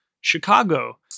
Chicago